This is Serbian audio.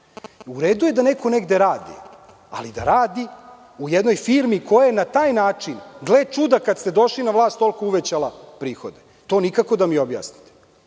U redu je da neko negde radi, ali da radi u jednoj firmi kojoj na taj način, gle čuda kada ste došli na vlast toliko uvećala prihode. To nikako da mi objasnite.